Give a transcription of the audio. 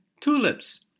tulips